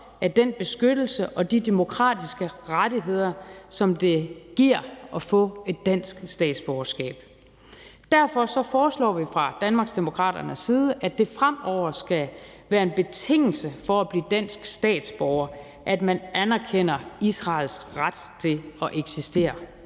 af den beskyttelse og de demokratiske rettigheder, som det giver at få et dansk statsborgerskab. Derfor foreslår vi fra Danmarksdemokraternes side, at det fremover skal være en betingelse for at blive dansk statsborger, at man anerkender Israels ret til at eksistere.